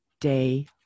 day